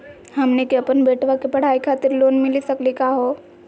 हमनी के अपन बेटवा के पढाई खातीर लोन मिली सकली का हो?